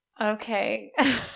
Okay